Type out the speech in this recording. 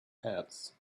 heads